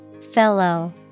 Fellow